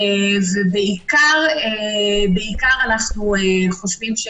בעיקר אנו חושבים,